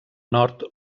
nord